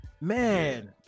Man